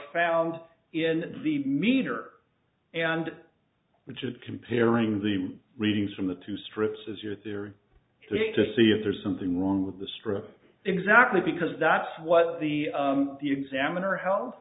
found in the meter and which is comparing the readings from the two strips as your theory to see if there's something wrong with the strip exactly because that's what the examiner he